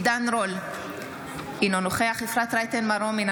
עידן רול, אינו נוכח אפרת רייטן מרום, אינה